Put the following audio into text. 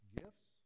gifts